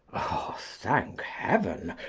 ah! thank heaven,